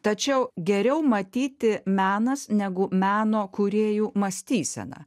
tačiau geriau matyti menas negu meno kūrėjų mąstysena